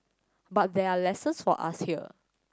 but there are lessons for us here